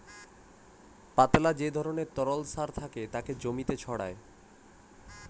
পাতলা যে ধরণের তরল সার থাকে তাকে জমিতে ছড়ায়